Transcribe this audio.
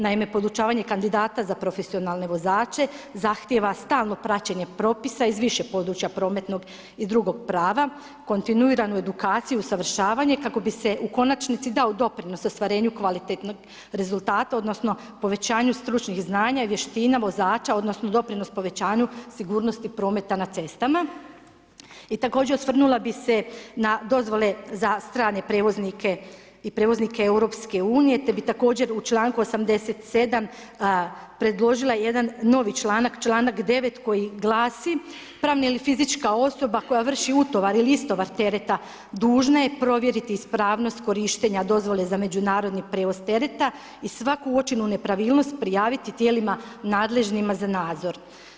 Naime, podučavanje kandidata za profesionalne vozače zahtjeva stalno praćenje propisa iz više područja prometnog i dr. prava, kontinuiranu edukaciju i usavršavanje kako bi se u konačnici dao doprinos ostvarenju kvalitetnog rezultata, odnosno povećanju stručnih znanja i vještina vozača odnosno doprinos povećanju sigurnosti prometa na cestama i također osvrnula bih se na dozvole za strane prijevoznike i prijevoznike EU, te bi također u čl. 87. predložila jedan novi članak, čl.9. koji glasi, pravna ili fizička osoba koja vrši utovar ili istovar tereta dužna je provjeriti ispravnost korištenja dozvole za međunarodni prijevoz tereta i svaku uočenu nepravilnost prijaviti tijelima nadležnima na nadzor.